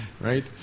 right